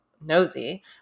nosy